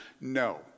no